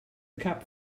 cap